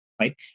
right